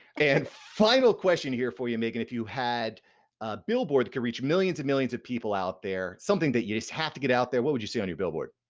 and final question here for you megan if you had a billboard that could reach millions and millions of people out there something that you just have to get out there what would you say on your billboard?